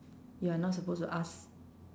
you are not supposed to ask